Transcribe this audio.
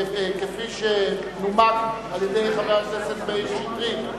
כפי שנומק על-ידי חבר הכנסת מאיר שטרית.